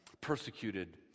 persecuted